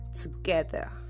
together